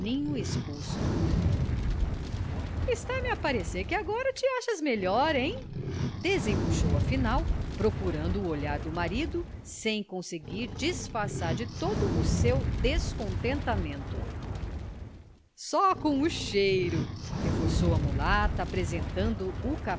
o seu ninho exposto está-me a parecer que agora te achas melhor hein desembuchou afinal procurando o olhar do marido sem conseguir disfarçar de todo o seu descontentamento só com o cheiro reforçou a mulata apresentando